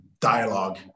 dialogue